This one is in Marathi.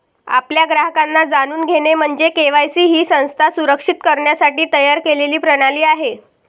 आपल्या ग्राहकांना जाणून घेणे म्हणजे के.वाय.सी ही संस्था सुरक्षित करण्यासाठी तयार केलेली प्रणाली आहे